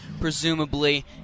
presumably